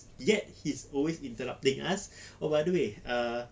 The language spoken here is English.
yet he's always interrupting us oh by the way ah